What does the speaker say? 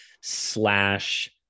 slash